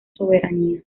soberanía